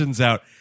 out